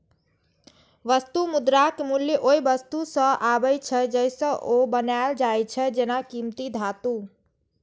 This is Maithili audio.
वस्तु मुद्राक मूल्य ओइ वस्तु सं आबै छै, जइसे ओ बनायल जाइ छै, जेना कीमती धातु